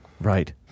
Right